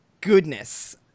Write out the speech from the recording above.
goodness